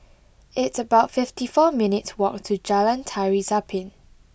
it's about fifty four minutes' walk to Jalan Tari Zapin